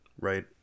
Right